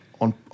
on